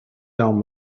down